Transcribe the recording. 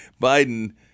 Biden